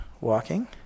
walking